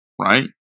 right